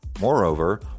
Moreover